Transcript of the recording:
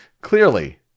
clearly